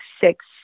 six